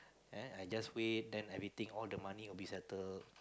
ah I just wait then everything all the money will be settled